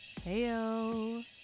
Heyo